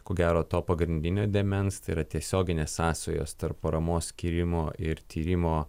ko gero to pagrindinio dėmens tai yra tiesioginės sąsajos tarp paramos skyrimo ir tyrimo